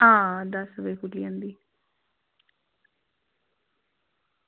हां दस्स बजे चली जंदी